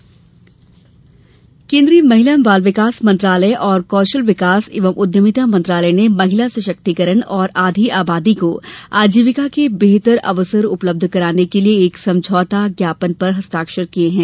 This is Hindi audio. महिला शक्तिकरण केंद्रीय महिला एवं बाल विकास मंत्रालय और कौशल विकास एवं उद्यमिता मंत्रालय ने महिला शक्तिकरण और आधी आबादी को आजीविका के बेहतर अवसर उपलब्ध कराने के लिए एक समझौता ज्ञापन पर हस्ताक्षर किये हैं